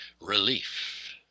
Relief